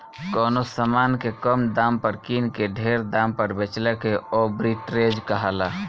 कवनो समान के कम दाम पर किन के ढेर दाम पर बेचला के आर्ब्रिट्रेज कहाला